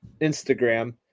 Instagram